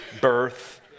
birth